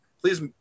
Please